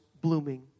blooming